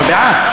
אנחנו בעד.